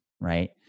right